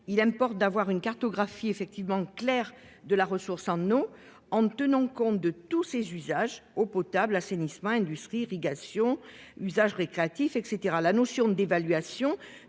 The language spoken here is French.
Il importe d'avoir une cartographie claire de la ressource en eau tenant compte de tous ses usages- eau potable, assainissement, industrie, irrigation, usage récréatif, etc. La notion d'évaluation